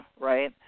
right